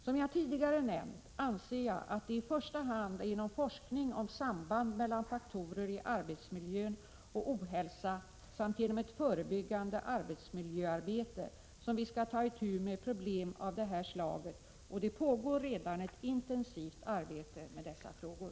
Som jag tidigare nämnt anser jag att det i första hand är genom forskning om samband mellan faktorer i arbetsmiljön och ohälsa samt genom ett förebyggande arbetsmiljöarbete som vi skall ta itu med problem av det här slaget, och det pågår redan ett intensivt arbete med dessa frågor.